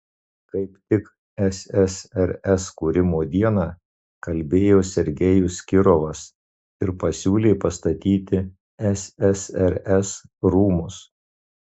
kaip tik ssrs kūrimo dieną kalbėjo sergejus kirovas ir pasiūlė pastatyti ssrs rūmus